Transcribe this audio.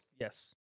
yes